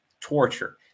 torture